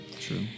true